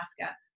Alaska